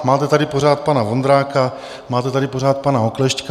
Máte tady pořád pana Vondráka, máte tady pořád pana Oklešťka.